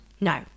No